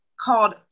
called